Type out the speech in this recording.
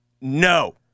No